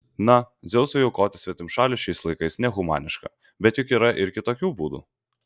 na dzeusui aukoti svetimšalius šiais laikais nehumaniška bet juk yra ir kitokių būdų